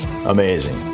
amazing